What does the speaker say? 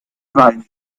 weinen